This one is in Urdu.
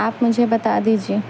آپ مجھے بتا دیجیے